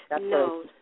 No